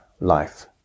life